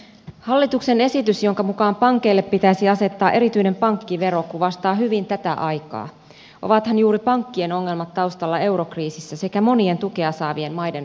hallituksen esitys jonka mukaan pankeille pitäisi asettaa erityinen pankkivero kuvastaa hyvin tätä aikaa ovathan juuri pankkien ongelmat taustalla eurokriisissä sekä monien tukea saavien maiden rahoituksessa